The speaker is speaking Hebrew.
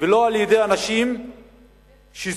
ולא על-ידי אנשים שזקוקים